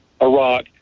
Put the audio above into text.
Iraq